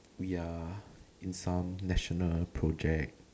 we are in some national project